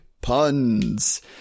puns